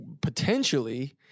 potentially